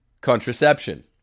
contraception